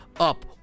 up